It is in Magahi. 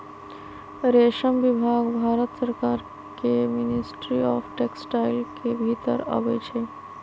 रेशम विभाग भारत सरकार के मिनिस्ट्री ऑफ टेक्सटाइल के भितर अबई छइ